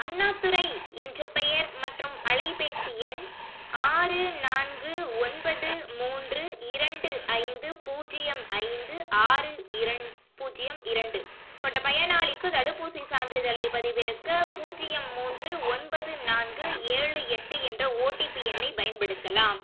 அண்ணாதுரை என்ற பெயர் மற்றும் அலைபேசி எண் ஆறு நான்கு ஒன்பது மூன்று இரண்டு ஐந்து பூஜ்ஜியம் ஐந்து ஆறு இரண் பூஜ்ஜியம் இரண்டு கொண்ட பயனாளிக்கு தடுப்பூசி சான்றிதழை பதிவிறக்க பூஜ்ஜியம் மூன்று ஒன்பது நான்கு ஏழு எட்டு என்ற ஓடிபி எண்ணை பயன்படுத்தலாம்